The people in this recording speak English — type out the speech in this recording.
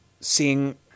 seeing